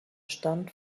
stand